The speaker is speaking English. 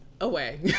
away